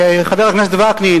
חבר הכנסת וקנין,